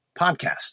podcast